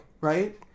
Right